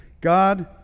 God